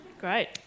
Great